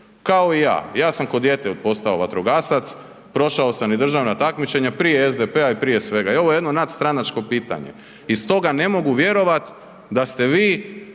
kao i ja, ja sam ko dijete postao vatrogasac, prošao sam i državna takmičenja prije SDP-a i prije svega, ovo je jedno nadstranačko pitanje i stoga ne mogu vjerovat da ste vi